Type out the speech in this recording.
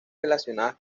relacionadas